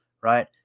Right